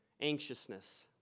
anxiousness